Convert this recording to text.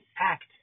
act